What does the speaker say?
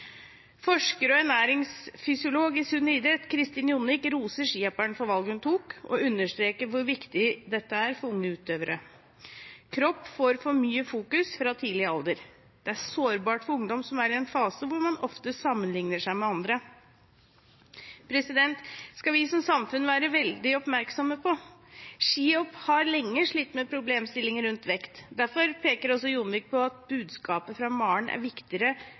og ernæringsfysiolog i Sunn Idrett, Kristin Jonvik, roser skihopperen for valget hun tok, og understreker hvor viktig dette er for unge utøvere. Kropp får for mye fokus fra tidlig alder. Det er sårbart for ungdom som er i en fase hvor man ofte sammenligner seg med andre. Det skal vi som samfunn være veldige oppmerksom på. Skihopp har lenge slitt med problemstillinger rundt vekt. Derfor peker også Jonvik på at budskapet fra Maren er viktigere